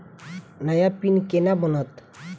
नया पिन केना बनत?